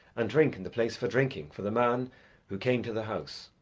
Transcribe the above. and drink in the place for drinking for the man who came to the house.